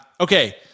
Okay